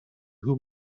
who